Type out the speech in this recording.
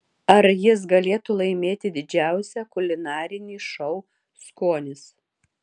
ar jis galėtų laimėti didžiausią kulinarinį šou skonis